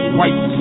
white